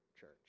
church